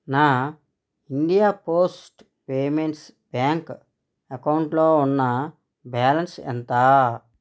నా India Post Payments Bank అకౌంటులో ఉన్న బ్యాలన్స్ ఎంత